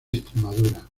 extremadura